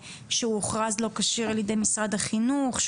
שהוכרז לא כשיר על ידי משרד החינוך,